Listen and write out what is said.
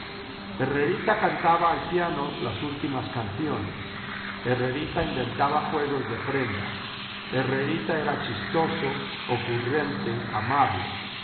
herrerita cantaba al piano las últimas canciones herrerita inventaba juegos de prendas herrerita era chistoso ocurrente amable